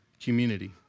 community